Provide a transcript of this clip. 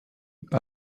par